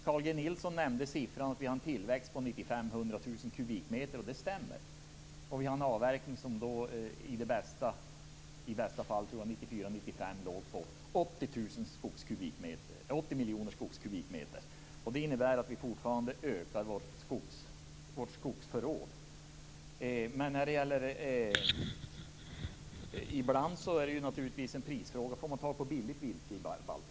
Carl G Nilsson nämnde att vi har en tillväxt på 95 000-100 000 m3, och det stämmer. Vi har en avverkning som 1994/95 låg på 80 miljoner skogskubikmeter som bäst. Det innebär att vi fortfarande ökar vårt skogsförråd. Men ibland är det naturligtvis en prisfråga. Man får kanske tag på billigt virke i Baltikum.